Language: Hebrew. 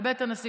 בבית הנשיא,